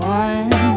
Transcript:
one